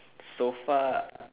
so far